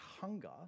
hunger